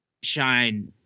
shine